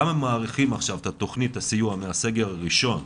גם אם מאריכים עכשיו את תוכנית הסיוע מהסגר הראשון,